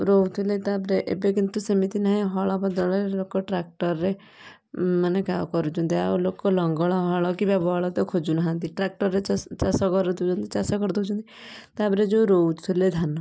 ରୋଉ ଥିଲେ ତା ପରେ ଏବେ କିନ୍ତୁ ସେମିତି ନାହିଁ ହଳ ବଦଳରେ ଲୋକ ଟ୍ରାକ୍ଟରରେ ମାନେ କା କରୁଛନ୍ତି ଆଉ ଲୋକ ଲଙ୍ଗଳ ହଳ କିମ୍ୱା ବଳଦ ଖୋଜୁ ନାହାଁନ୍ତି ଟ୍ରାକ୍ଟରରେ ଚାଷ ଚାଷ କରଦଉଛନ୍ତି ଚାଷ କରିଦଉଛନ୍ତି ତା ପରେ ଯେଉଁ ରୋଉଥୁଲେ ଧାନ